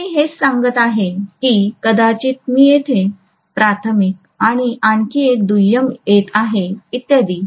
जरी मी हेच सांगत आहे की कदाचित मी येथे प्राथमिक आणि आणखी एक दुय्यम येत आहे इत्यादी